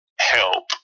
help